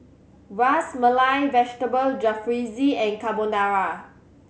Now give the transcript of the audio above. Ras Malai Vegetable Jalfrezi and Carbonara